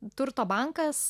turto bankas